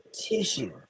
Tissue